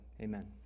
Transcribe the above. Amen